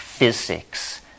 Physics